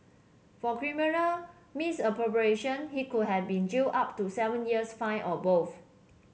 for criminal misappropriation he could have been jailed up to seven years fined or both